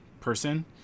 person